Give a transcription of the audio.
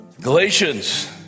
galatians